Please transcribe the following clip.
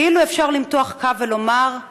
"כאילו אפשר למתוח קו ולומר: